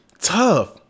Tough